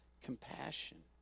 compassion